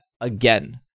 again